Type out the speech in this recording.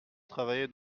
travailler